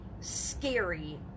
scary